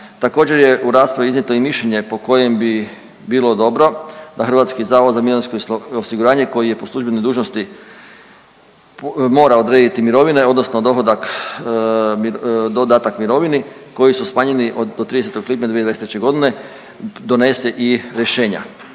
također je u raspravi iznijeto i mišljenje po kojem bi bilo dobro da HZMO koji je po službenoj dužnosti, mora odrediti mirovine odnosno dohodak, dodatak mirovini koji su smanjeni od 30. lipnja 2023.g. donese i rješenja,